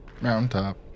Mountaintop